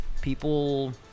people